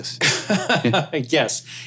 Yes